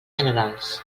generals